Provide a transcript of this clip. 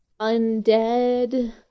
undead